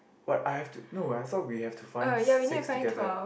what I have to no I thought we have to find six together